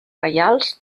reials